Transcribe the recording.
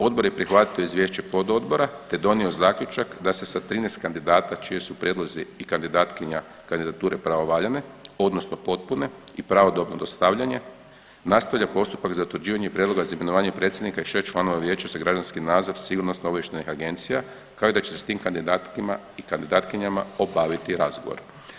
Odbor je prihvatio izvješće pododbora, te donio zaključak da se sa 13 kandidata čiji su prijedlozi i kandidatkinja kandidature pravovaljane, odnosno potpune i pravodobno dostavljene nastavlja postupak za utvrđivanje prijedloga za imenovanje predsjednika i 6 članova Vijeća za građanski nadzor sigurnosno-obavještajnih agencija kao i da će se sa tim kandidatima i kandidatkinjama obaviti razgovor.